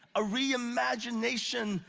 a re-imagination,